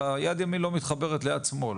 אלא יד ימין לא מתחברת ליד שמאל,